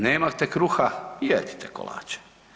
Nemate kruha, jedite kolače.